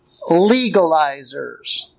legalizers